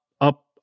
up